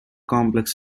complex